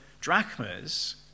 drachmas